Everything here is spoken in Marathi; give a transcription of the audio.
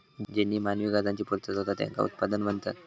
ज्येनीं मानवी गरजांची पूर्तता होता त्येंका उत्पादन म्हणतत